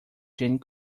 jane